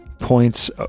points